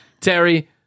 Terry